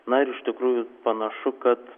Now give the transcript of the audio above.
na ir iš tikrųjų panašu kad